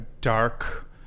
dark